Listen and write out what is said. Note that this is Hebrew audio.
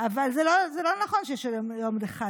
אבל זה לא נכון שיש עוד יום אחד,